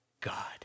God